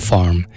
Farm